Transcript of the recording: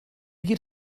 geht